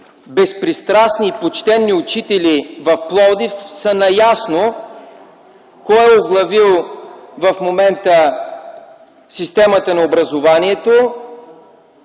безпристрастни и почтени учители в Пловдив са наясно кой е оглавил в момента системата на образованието,